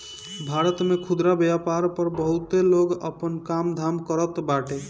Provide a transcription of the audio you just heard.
भारत में खुदरा व्यापार पअ बहुते लोग आपन काम धाम करत बाटे